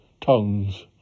Tongues